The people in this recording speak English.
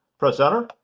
press enter,